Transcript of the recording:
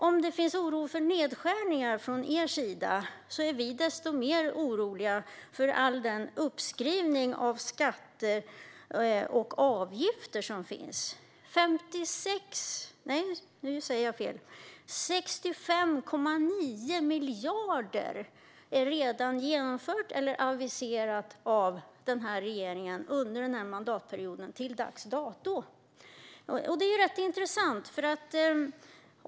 Om ni känner oro för nedskärningar är vi desto mer oroliga för all den uppskrivning av skatter och avgifter som pågår. Det handlar om 65,9 miljarder som har genomförts eller aviserats av regeringen under mandatperioden, till dags dato.